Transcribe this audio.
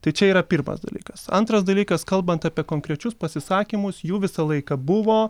tai čia yra pirmas dalykas antras dalykas kalbant apie konkrečius pasisakymus jų visą laiką buvo